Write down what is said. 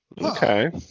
Okay